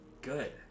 good